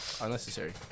unnecessary